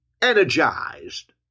Energized